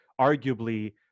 arguably